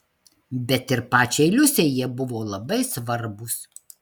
bet ir pačiai liusei jie buvo labai svarbūs